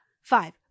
Five